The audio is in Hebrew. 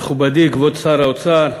מכובדי כבוד שר האוצר,